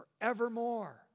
forevermore